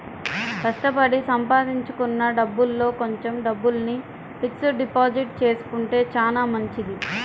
కష్టపడి సంపాదించుకున్న డబ్బుల్లో కొంచెం డబ్బుల్ని ఫిక్స్డ్ డిపాజిట్ చేసుకుంటే చానా మంచిది